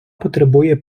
потребує